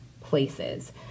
places